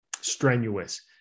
strenuous